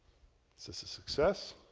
is this a success?